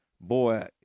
boy